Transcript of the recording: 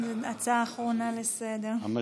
הצעה אחרונה לסדר-היום.